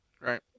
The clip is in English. Right